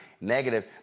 negative